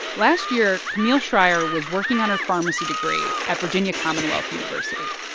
last year, camille schrier was working on her pharmacy degree at virginia commonwealth university.